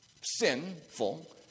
sinful